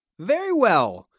very well.